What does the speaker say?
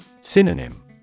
Synonym